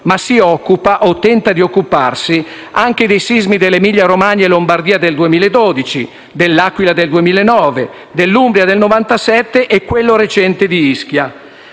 Si occupa però, o tenta di occuparsi, anche dei sismi dell'Emilia-Romagna e della Lombardia del 2012, dell'Aquila del 2009, dell'Umbria del 1997 e di quello recente di Ischia.